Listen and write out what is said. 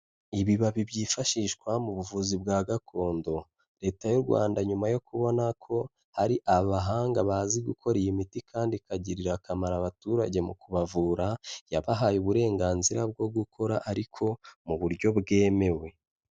Ibibabi byifashishwa mu buvuzi bwa gakondo. Leta y'u Rwanda nyuma yo kubona ko hari abahanga bazi gukora iyi miti kandi ikagirira akamaro abaturage mu kubavura, yabahaye uburenganzira bwo gukora ariko mu buryo bwemewe.